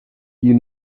you